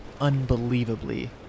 unbelievably